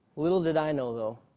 little did i know though,